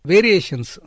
Variations